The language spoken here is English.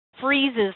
freezes